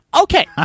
Okay